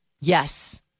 Yes